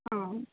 ಹಾಂ